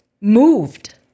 moved